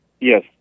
Yes